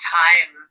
time